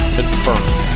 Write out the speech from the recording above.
Confirmed